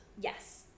Yes